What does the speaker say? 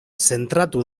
zentratu